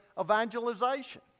evangelization